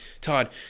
Todd